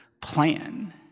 plan